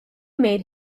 made